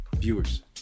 Viewers